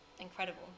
incredible